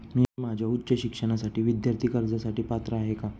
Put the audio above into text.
मी माझ्या उच्च शिक्षणासाठी विद्यार्थी कर्जासाठी पात्र आहे का?